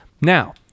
Now